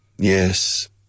Yes